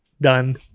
done